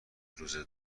روزه